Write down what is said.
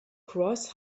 cross